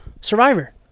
Survivor